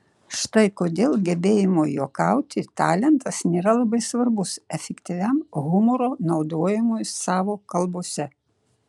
štai kodėl gebėjimo juokauti talentas nėra labai svarbus efektyviam humoro naudojimui savo kalbose